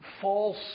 false